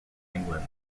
england